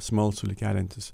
smalsulį keliantis